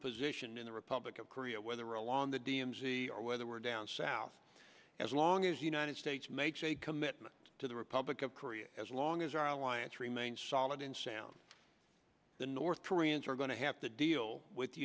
positioned in the republic of korea whether along the d m z or whether we're down south as long as united states makes a commitment to the republic of korea as long as our alliance remains solid in sound the north koreans are going to have to deal with the